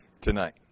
tonight